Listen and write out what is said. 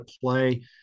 play